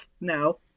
no